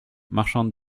marchande